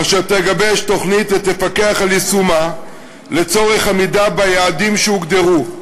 אשר תגבש תוכנית ותפקח על יישומה לצורך עמידה ביעדים שהוגדרו,